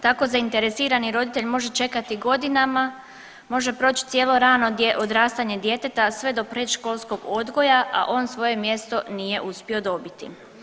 Tako zaineresirani roditelj može čekati godinama, može proći cijelo rano odrastanje djeteta sve do predškolskog odgoja, a on svoje mjesto nije uspio dobiti.